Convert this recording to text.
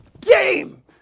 game